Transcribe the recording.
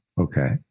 Okay